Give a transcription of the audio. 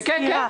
הצבעה בעד,